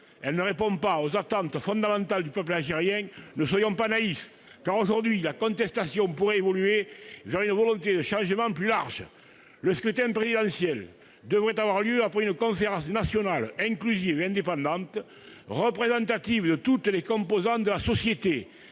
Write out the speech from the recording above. elle ne répond pas aux attentes fondamentales du peuple algérien, ne soyons pas naïfs ! Aujourd'hui, la contestation pourrait évoluer vers une volonté de changement plus large. Le scrutin présidentiel devrait avoir lieu après une conférence nationale « inclusive et indépendante », représentative de toutes les composantes de la société,